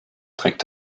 trägt